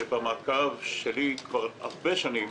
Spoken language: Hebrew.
שבמעקב שלי כבר הרבה שנים,